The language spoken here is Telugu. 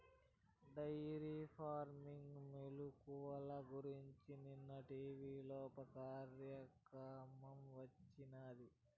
డెయిరీ ఫార్మింగ్ మెలుకువల గురించి నిన్న టీవీలోప కార్యక్రమం వచ్చినాది